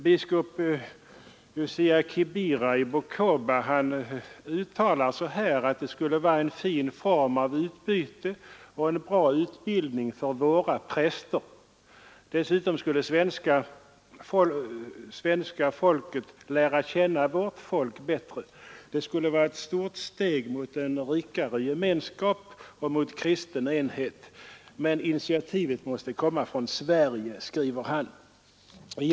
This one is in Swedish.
Biskop Josia Kibira i Bukaba uttalar att det skulle vara en fin form av utbyte och en god utbildning för våra präster. Dessutom skulle svenska folket lära känna vårt folk bättre, anser han. Det skulle vara ett stort steg mot en rikare gemenskap och mot kristen enhet, men initiativet måste komma från Sverige, skriver biskop Kibira.